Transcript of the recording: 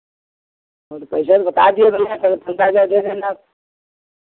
वो तो पैसा अभी बता दिए तुम्हें करीब पन्द्रह हज़ार दे देना अब